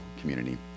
community